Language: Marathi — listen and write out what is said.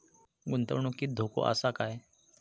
गुंतवणुकीत धोको आसा काय?